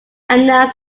announced